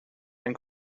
ein